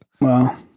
Wow